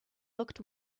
looked